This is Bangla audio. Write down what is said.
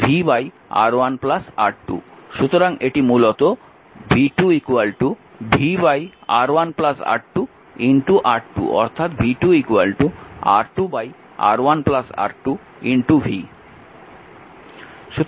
সুতরাং এটি মূলত v2 v R1 R2 R2 অর্থাৎ v2 R2 R1 R2 v